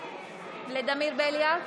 ולדימיר בליאק,